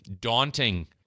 daunting